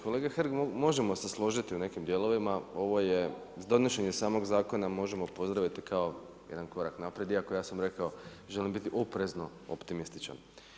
Kolega Hrg možemo se složiti u nekim dijelovima, ovo je, donošenje samog zakona možemo pozdraviti kao jedan korak naprijed iako ja sam rekao želim biti oprezno optimističan.